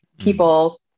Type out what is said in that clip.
people